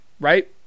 right